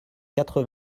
quatre